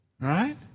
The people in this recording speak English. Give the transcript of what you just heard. Right